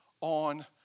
on